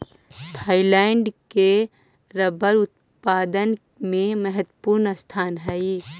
Thailand के rubber उत्पादन में महत्त्वपूर्ण स्थान हइ